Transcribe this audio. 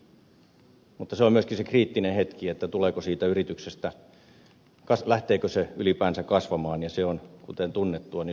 mutta se on myöskin se kriittinen hetki lähteekö yritys ylipäänsä kasvamaan ja se on kuten tunnettua suuri kynnys